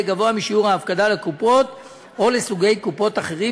יהיה גבוה משיעור ההפקדה לקופות או לסוגי קופות אחרים,